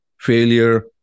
failure